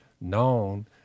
known